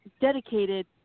dedicated